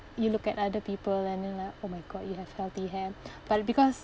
you look at other people and then like oh my god you have healthy hair but because